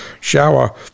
shower